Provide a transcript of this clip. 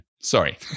Sorry